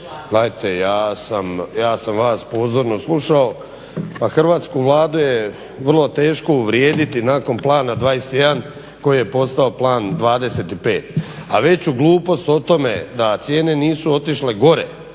gledajte ja sam vas pozorno slušao, a hrvatsku Vladu je vrlo teško uvrijediti nakon plana 21 koji je postao plan 25. A veću glupost o tome da cijene nisu otišle gore